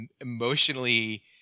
emotionally